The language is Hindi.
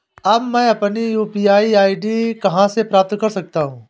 अब मैं अपनी यू.पी.आई आई.डी कहां से प्राप्त कर सकता हूं?